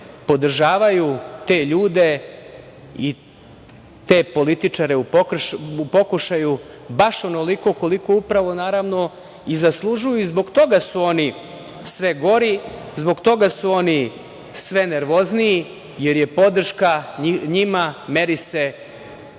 podržavaju te ljude i te političare u pokušaju baš onoliko koliko upravo, naravno, i zaslužuju. Zbog toga su oni sve gori, zbog toga su oni sve nervozniji, jer podrška njima se